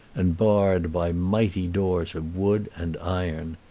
and barred by mighty doors of wood and iron.